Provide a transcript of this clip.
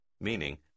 meaning